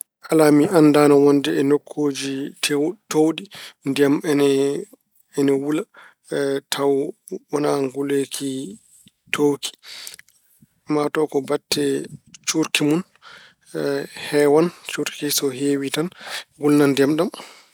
Alaa, mi anndaano wonde e nokkuuji tew- keewɗi, ndiyam ine wula tawa wonaa nguleeki towki. Maa taw ko batte cuurki mun heewan, so cuurki mun heewii tan wulna ndiyam ɗam.